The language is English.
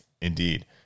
Indeed